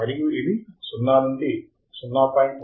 మరియు ఇది 0 నుండి 0